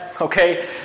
okay